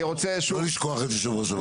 לא לשכוח את יושב ראש הוועדה.